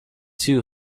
two